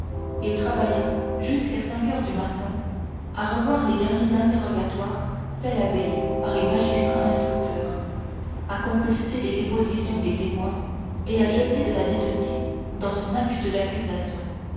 et travailla jusqu'à cinq heures du matin à revoir les derniers interrogatoires faits la veille par les magistrats instructeurs à compulser les dépositions des témoins et à jeter de la netteté dans son acte d'accusation